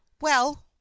Well